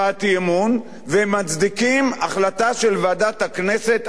והם מצדיקים החלטה של ועדת הכנסת על פרישה.